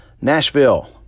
Nashville